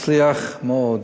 הצליח מאוד.